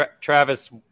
Travis